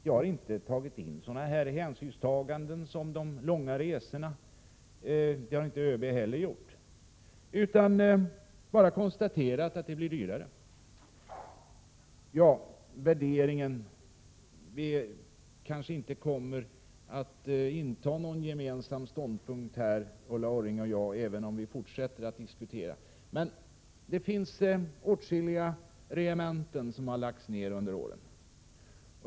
Varken jag eller ÖB har tagit hänsyn till de långa resorna. Man kan bara konstatera att det blir dyrare. Även om vi fortsätter att diskutera, kommer noginte Ulla Orring och jag att kunna inta någon gemensam ståndpunkt. Det finns åtskilliga regementen som lagts ned under åren.